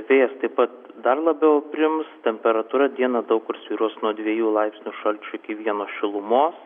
vėjas taip pat dar labiau aprims temperatūra dieną daug kur svyruos nuo dviejų laipsnių šalčio iki vieno šilumos